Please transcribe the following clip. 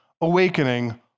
awakening